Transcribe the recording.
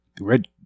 Red